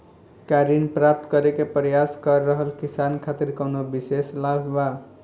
का ऋण प्राप्त करे के प्रयास कर रहल किसान खातिर कउनो विशेष लाभ बा?